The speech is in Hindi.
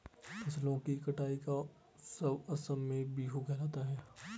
फसलों की कटाई का उत्सव असम में बीहू कहलाता है